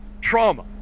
trauma